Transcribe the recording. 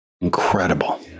incredible